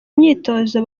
imyitozo